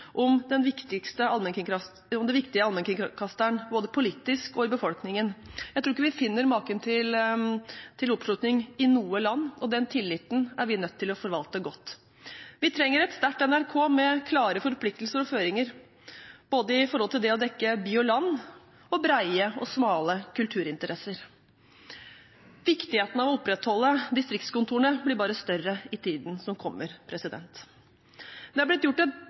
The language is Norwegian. om den viktigste allmennkringkasteren både politisk og i befolkningen. Jeg tror ikke vi finner maken til oppslutning i noe land, og den tilliten er vi nødt til å forvalte godt. Vi trenger et sterkt NRK med klare forpliktelser og føringer både for å dekke by og land og brede og smale kulturinteresser. Viktigheten av å opprettholde distriktskontorene blir bare større i tiden som kommer. Det er blitt gjort et